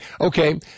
okay